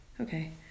okay